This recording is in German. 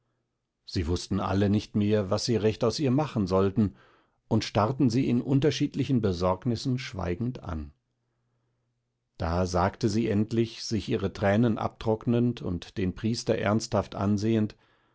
sie wußten alle nicht mehr was sie recht aus ihr machen sollten und starrten sie in unterschiedlichen besorgnissen schweigend an da sagte sie endlich sich ihre tränen abtrocknend und den priester ernsthaft ansehend